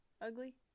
Ugly